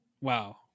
Wow